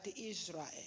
israel